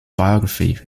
biography